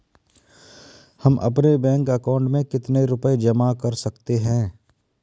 हम अपने bank account में कितने रुपये जमा कर सकते हैं?